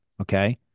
Okay